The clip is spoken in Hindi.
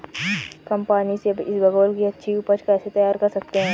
कम पानी से इसबगोल की अच्छी ऊपज कैसे तैयार कर सकते हैं?